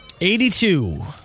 82